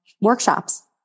workshops